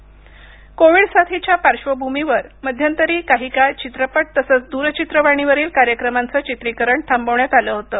जावडेकर दिशानिर्देश कोविड साथीच्या पार्श्र्वभूमीवर मध्यंतरी काही काळ चित्रपट तसंच द्रचित्रवाणीवरील कार्यक्रमांचं चित्रीकरण थांबवण्यात आलं होतं